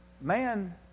man